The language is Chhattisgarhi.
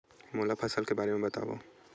मोला फसल के बारे म बतावव?